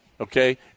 okay